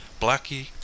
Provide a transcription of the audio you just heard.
Blackie